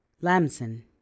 Lamson